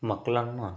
ಮಕ್ಕಳನ್ನ